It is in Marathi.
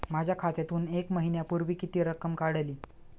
माझ्या खात्यातून एक महिन्यापूर्वी किती रक्कम काढली?